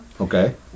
okay